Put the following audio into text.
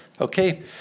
Okay